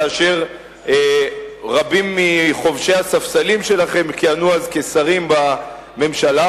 כאשר רבים מחובשי הספסלים שלכם כיהנו אז כשרים בממשלה,